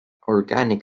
organic